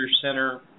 center